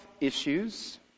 issues